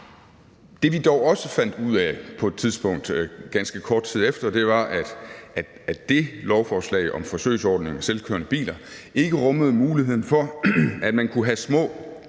Det, vi dog også fandt ud af på et tidspunkt ganske kort tid efter, var, at det lovforslag om forsøgsordninger med selvkørende biler ikke rummede muligheden for, at man kunne have små